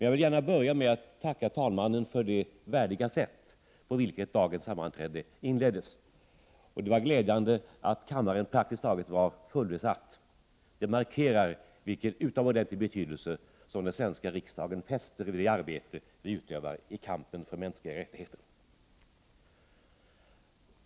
Jag vill börja med att tacka talmannen för det värdiga sätt på vilket dagens sammanträde inleddes. Det var glädjande att kammaren praktiskt taget var fullbesatt. Det markerar vilken utomordentlig betydelse som den svenska riksdagen fäster vid det arbete som bedrivs i kampen för mänskliga rättigheter.